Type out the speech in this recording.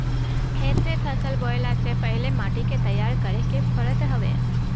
खेत में फसल बोअला से पहिले माटी के तईयार करे के पड़त हवे